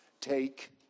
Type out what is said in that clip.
take